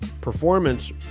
performance